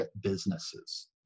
businesses